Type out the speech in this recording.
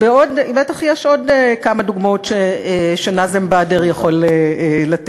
בטח יש עוד כמה דוגמאות שנאזם בדר יכול לתת.